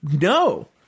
no